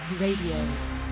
Radio